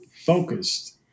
focused